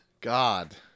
God